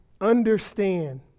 understand